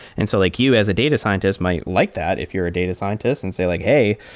and so like you as a data scientist might like that if you're a data scientist and say like, hey,